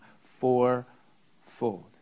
fourfold